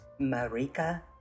Marika